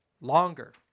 longer